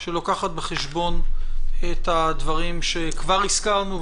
שמביאה בחשבון את הדברים שכבר הזכרנו,